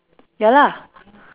ya lah